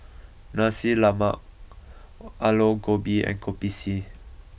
Nasi Lemak Aloo Gobi and Kopi C